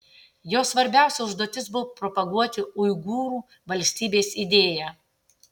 jo svarbiausia užduotis buvo propaguoti uigūrų valstybės idėją